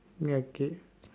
ya okay